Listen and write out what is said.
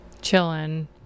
chilling